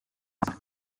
not